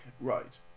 Right